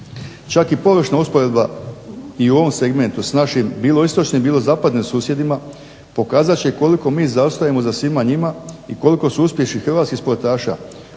Čak i … usporedba i u ovom segmentu s našim bilo istočnim bilo zapadnim susjedima pokazat će koliko mi zaostajemo za svima njima i koliko su uspjesi Hrvatskih sportaša,